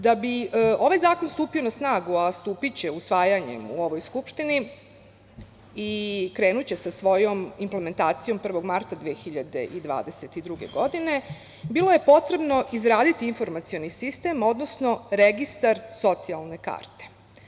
Da bi ovaj zakon stupio na snagu, a stupiće usvajanjem u ovoj Skupštini i krenuće sa svojom implementacijom 1. marta 2022. godine, bilo je potrebno izgraditi informacioni sistem, odnosno registar socijalne karte.